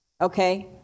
okay